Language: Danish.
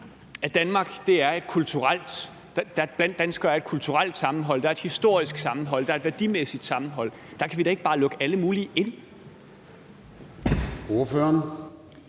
danskere er et kulturelt sammenhold, at der er et historisk sammenhold, og at der er et værdimæssigt sammenhold? Der kan vi da ikke bare lukke alle mulige ind.